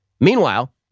Meanwhile